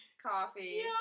coffee